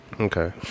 Okay